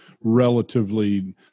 relatively